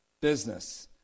Business